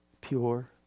pure